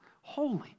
holy